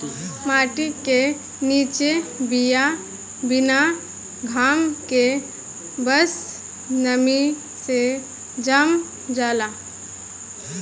माटी के निचे बिया बिना घाम के बस नमी से जाम जाला